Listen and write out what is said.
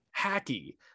hacky